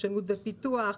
חדשנות ופיתוח,